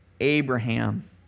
Abraham